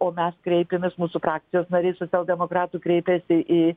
o mes kreipėmės mūsų frakcijos nariai socialdemokratų kreipėsi į